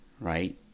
right